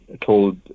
told